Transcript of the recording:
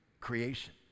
creation